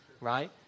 right